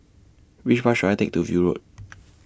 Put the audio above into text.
Which Bus should I Take to View Road